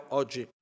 oggi